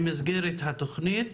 במסגרת התוכנית,